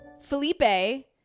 Felipe